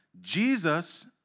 Jesus